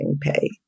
pay